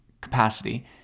capacity